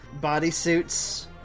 bodysuits